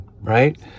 right